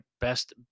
best